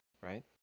right